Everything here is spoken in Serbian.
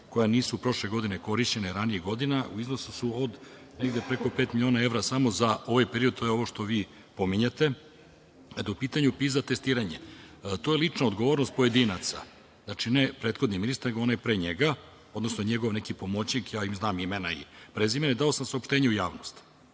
koja nisu prošle godine korišćenje ranijih godina u iznosu su od negde preko pet miliona evra samo za ovaj period, to je ovo što vi pominjete, a po pitanju pisa testiranje. To je lično odgovornost pojedinaca. Znači, ne prethodni ministar, nego onaj pre njega, odnosno njegov neki pomoćnik, znam im imena i prezimena i dao sam u saopštenju u javnost. Znači,